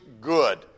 good